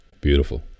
beautiful